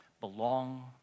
belong